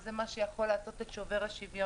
זה מה שיכול לעשות את שובר השוויון.